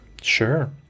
sure